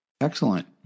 Excellent